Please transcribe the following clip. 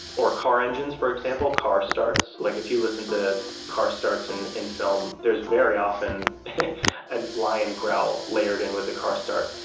or car engines for example, car starts. like, if you listen to car starts and in film, there's very often a and lion growl layered in with a car start,